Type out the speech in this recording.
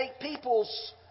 people's